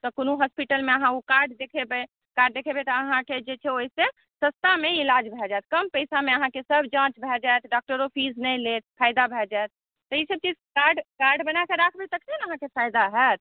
तऽ कोनो हॉस्पिटलमे अहाँ ओ कार्ड देखेबै कार्ड देखेबै तऽ ओ अहाँके जे छै से सस्तामे ईलाज भऽ जायत कम पैसामे अहाँकेँ सभ जाँच भय जाएत डॉक्टरो फीस नहि लेत फायदा भऽ जाएत तऽ ई सभ चीज कार्ड बनाकऽ राखबै तखने ने अहाँकेँ फायदा होयत